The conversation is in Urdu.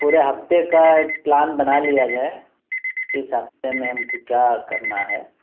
پورے ہفتے کا ایک پلان بنا لیا جائے اس ہفتے میں ہم کو کیا کرنا ہے